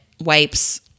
wipes